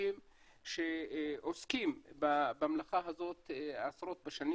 אנשים שעוסקים במלאכה הזאת עשרות בשנים